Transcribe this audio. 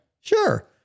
Sure